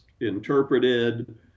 interpreted